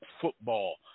football